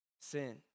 sin